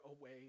away